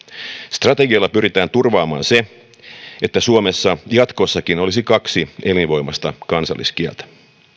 strategialla pyritään turvaamaan se että suomessa jatkossakin olisi kaksi elinvoimaista kansalliskieltä